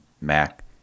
Mac